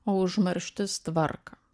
o užmarštis tvarką